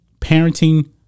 Parenting